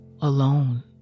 alone